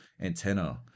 antenna